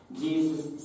Jesus